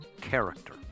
character